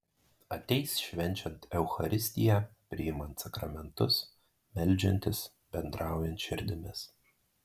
ateis švenčiant eucharistiją priimant sakramentus meldžiantis bendraujant širdimis